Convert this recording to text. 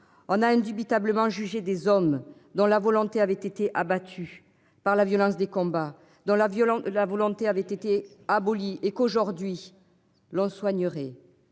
On a indubitablement juger des hommes dont la volonté avait été abattu par la violence des combats dans la violence, la volonté avait été aboli et qu'aujourd'hui le soigneur et